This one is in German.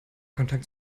kontakt